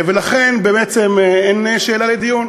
ולכן בעצם אין שאלה לדיון.